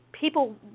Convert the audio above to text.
People